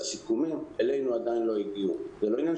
זה לדעתי